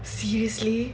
seriously